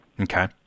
Okay